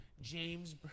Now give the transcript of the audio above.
James